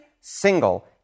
single